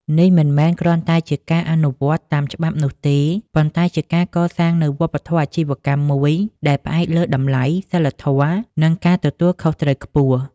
នេះមិនមែនគ្រាន់តែជាការអនុវត្តតាមច្បាប់នោះទេ ប៉ុន្តែជាការកសាងនូវវប្បធម៌អាជីវកម្មមួយដែលផ្អែកលើតម្លៃ សីលធម៌ និងការទទួលខុសត្រូវខ្ពស់ ។